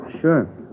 Sure